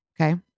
Okay